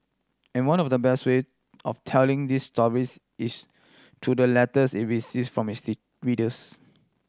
and one of the best way of telling these stories is through the letters it from its readers